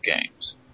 games